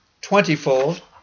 twentyfold